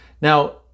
Now